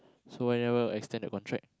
so why never extend the contract